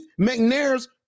McNair's